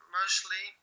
mostly